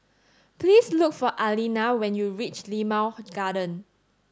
please look for Allena when you reach Limau Garden